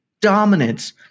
dominance